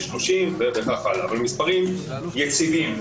40 אבל המספרים יציבים.